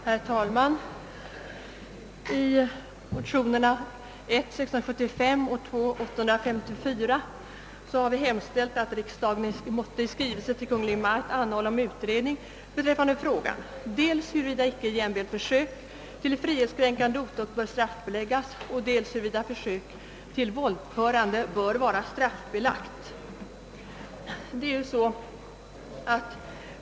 Herr talman! I motionerna I: 675 och II: 854 har vi hemställt att riksdagen måtte i skrivelse till Kungl. Maj:t anhålla om utredning beträffande frågan dels huruvida icke jämväl försök till frihetskränkande otukt bör straffbeläggas och dels huruvida försök till våldförande bör vara straffbelagt.